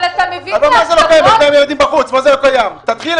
המדינה צריכה